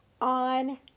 On